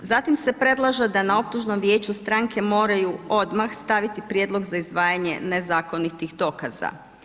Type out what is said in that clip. Zatim se predlaže da na optužnom vijeću stranke moraju odmah staviti prijedlog za izdvajanje nezakonitih dokaza.